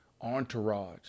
entourage